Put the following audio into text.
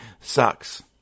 sucks